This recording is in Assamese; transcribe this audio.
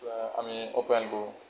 আমি আপ্যায়ন কৰোঁ